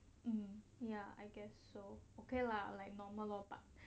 mm ya I guess so like normal lah but